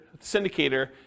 syndicator